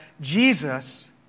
Jesus